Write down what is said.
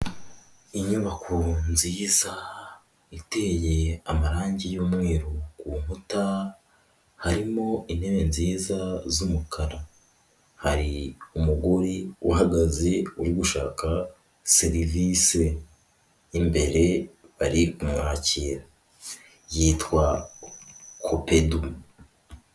Inyubako nziza, iteye amarangi y'umweru ku nkuta, harimo intebe nziza z'umukara, hari umugore uhagaze uri gushaka serivisi, imbere hari umwakira, yitwa Copedu.